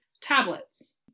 tablets